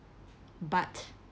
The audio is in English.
but